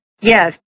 Yes